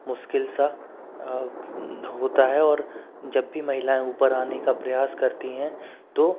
मुश्किल सा होता है और जब भी महिलाएं ऊपर आने का प्रयास करती है तो